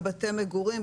בבתי מגורים,